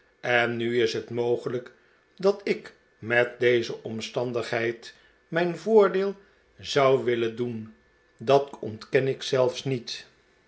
en nu is het mogelijk dat ik met deze omstandigheid mijn voordeel zou willen doen dat ontken ik zelfs niet